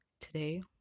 today